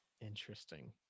interesting